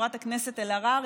חברת הכנסת אלהרר,